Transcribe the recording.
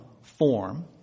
form